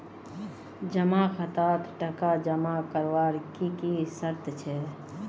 जमा खातात टका जमा करवार की की शर्त छे?